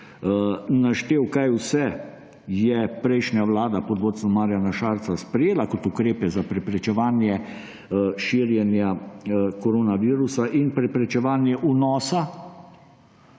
naštel, kaj vse je prejšnja vlada pod vodstvom Marjana Šarca sprejela kot ukrepe za preprečevanje širjenja koronavirusa in preprečevanje vnosa